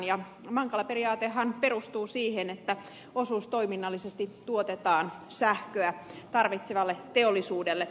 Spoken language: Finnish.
mankala periaatehan perustuu siihen että osuustoiminnallisesti tuotetaan sähköä tarvitsevalle teollisuudelle